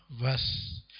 verse